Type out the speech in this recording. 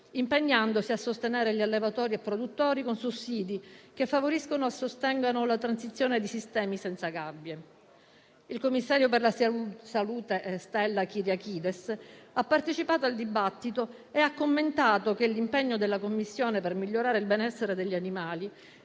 impegnandosi a sostenere gli allevatori e produttori con sussidi che favoriscano e sostengano la transizione a sistemi senza gabbie. Il commissario per la salute Stella Kyriakides ha partecipato al dibattito e ha commentato che l'impegno della Commissione per migliorare il benessere degli animali